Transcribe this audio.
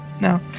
No